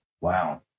wow